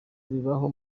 bibaho